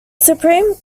supreme